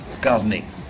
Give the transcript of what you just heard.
Gardening